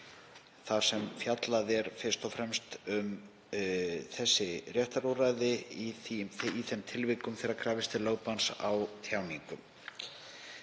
Þar er fjallað fyrst og fremst um réttarúrræði í þeim tilvikum þegar krafist er lögbanns á tjáningu.